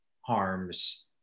harms